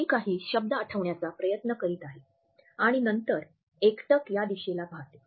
मी काही शब्द आठवण्याचा प्रयत्न करीत आहे आणि नंतर एकटक या दिशेला पाहते